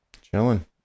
chilling